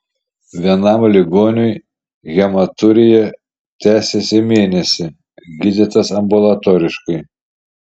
vienam ligoniui hematurija tęsėsi mėnesį gydytas ambulatoriškai